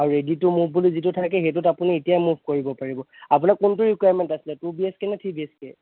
আৰু ready to move বুলি যিটো থাকে সেইটোত আপুনি এতিয়া মুভ কৰিব পাৰিব আপোনাৰ কোনটো ৰীকুৱাৰমেণ্ট আছিল টু বি এইছ কে নে থ্ৰী বি এইছ কে